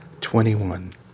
twenty-one